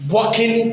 Walking